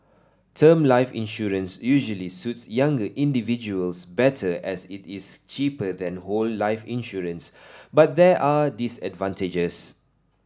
term life insurance usually suit younger individuals better as it is cheaper than whole life insurance but there are disadvantages